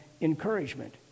encouragement